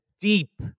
deep